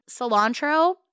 Cilantro